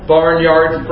Barnyard